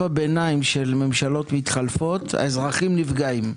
הביניים של ממשלות מתחלפות האזרחים נפגעים,